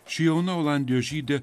ši jauna olandijos žydė